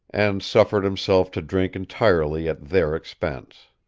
and suffered himself to drink entirely at their expense.